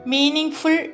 Meaningful